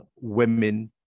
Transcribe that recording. women